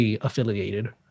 affiliated